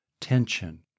Tension